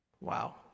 Wow